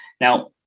now